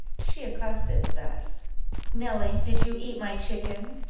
she accosted thus nelly, did you eat my chicken?